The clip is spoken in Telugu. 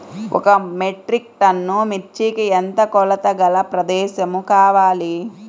ఒక మెట్రిక్ టన్ను మిర్చికి ఎంత కొలతగల ప్రదేశము కావాలీ?